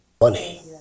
money